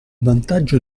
vantaggio